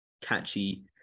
catchy